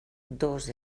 dos